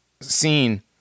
scene